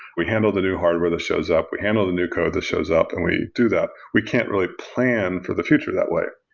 we handle the new hardware that shows up. we handle the new code that shows up and we do that. we can't really plan for the future that way.